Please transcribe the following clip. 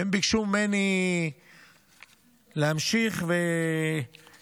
והם ביקשו ממני להמשיך ולדבר,